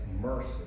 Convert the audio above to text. mercy